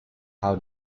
how